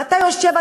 ואתה יושב,